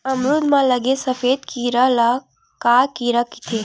अमरूद म लगे सफेद कीरा ल का कीरा कइथे?